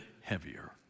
heavier